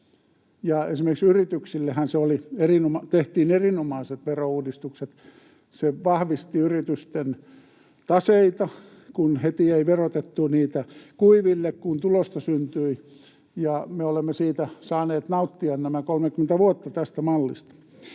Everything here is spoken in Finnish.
Esimerkiksi yrityksillehän tehtiin erinomaiset verouudistukset. Se vahvisti yritysten taseita, kun ei verotettu niitä kuiville heti, kun tulosta syntyi, ja me olemme saaneet nauttia tästä mallista